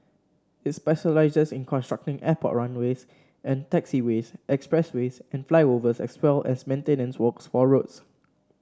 it specialises in constructing airport runways and taxiways expressways and flyovers as well as maintenance works for roads